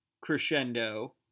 crescendo